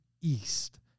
east